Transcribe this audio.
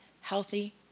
healthy